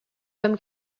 comme